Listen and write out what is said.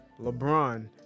LeBron